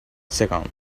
second